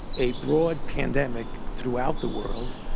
a broad pandemic throughout the world,